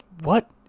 What